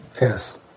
Yes